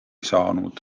saanud